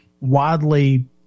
widely